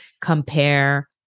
compare